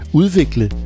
udvikle